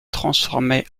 transformée